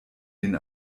den